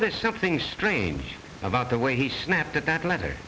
there's something strange about the way he snapped at that letter